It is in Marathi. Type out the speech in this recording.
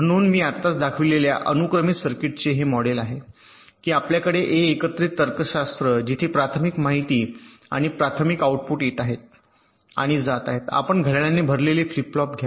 म्हणून मी आत्ताच दाखविलेल्या अनुक्रमित सर्किटचे हे मॉडेल आहे की आपल्याकडे ए एकत्रित तर्कशास्त्र जिथे प्राथमिक माहिती आणि प्राथमिक आउटपुट येत आहेत आणि जात आहेत आपण घड्याळाने भरलेले फ्लिप फ्लॉप घ्या